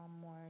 more